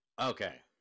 Okay